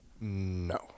no